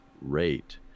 rate